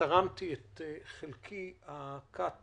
שתרמתי את חלקי הקט